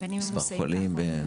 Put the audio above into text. מספר חולים.